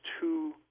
two